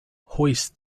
hoist